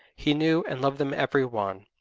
he knew and loved them every one,